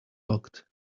locked